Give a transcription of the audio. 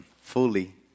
fully